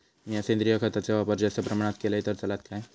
मीया सेंद्रिय खताचो वापर जास्त प्रमाणात केलय तर चलात काय?